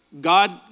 God